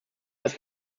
dass